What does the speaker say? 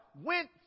went